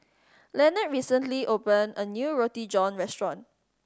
Leonard recently opened a new Roti John restaurant